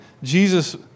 Jesus